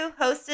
hosted